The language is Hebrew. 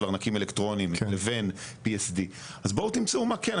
ארנקים אלקטרונים לבין PSD. אז בואו תמצאו מה כן?